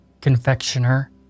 confectioner